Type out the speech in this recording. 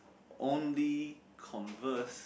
only converse